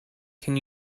can